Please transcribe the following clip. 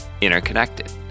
interconnected